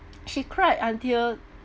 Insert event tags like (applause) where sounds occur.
(breath) she cried until